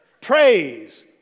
Praise